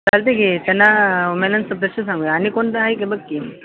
चालतं आहे की त्यांना आणि कोण तर आहे का बघ की